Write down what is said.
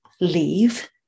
leave